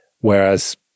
Whereas